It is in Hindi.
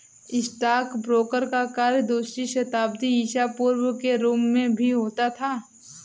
स्टॉकब्रोकर का कार्य दूसरी शताब्दी ईसा पूर्व के रोम में भी होता था